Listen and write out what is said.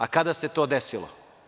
A, kada se to desilo?